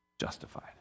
justified